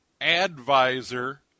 AdVisor